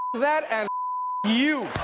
that and you.